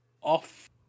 off